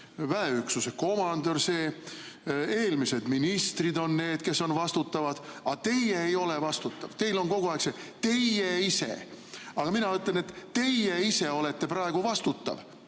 väeüksuse komandör, ka eelmised ministrid on need, kes on vastutavad, aga teie ei ole vastutav. Teil on kogu aeg see "teie ise". Aga mina ütlen, et teie ise olete praegu vastutav.